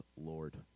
Lord